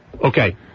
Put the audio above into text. Okay